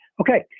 okay